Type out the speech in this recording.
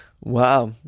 Wow